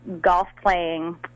golf-playing